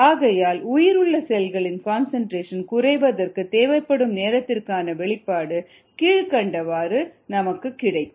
ஆகையால் உயிருள்ள செல்களின் கான்சன்ட்ரேசன் குறைவதற்கு தேவைப்படும் நேரத்திற்கான வெளிப்பாடு கீழ்க்கண்டவாறு நமக்கு கிடைக்கும்